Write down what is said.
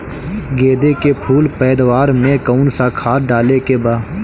गेदे के फूल पैदवार मे काउन् सा खाद डाले के बा?